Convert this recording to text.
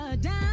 down